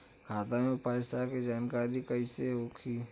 खाता मे पैसा के जानकारी कइसे होई?